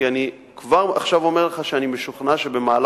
כי כבר עכשיו אני אומר לך שאני משוכנע שבמהלך